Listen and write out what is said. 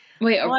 Wait